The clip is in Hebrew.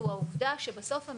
הוא העובדה שבסוף,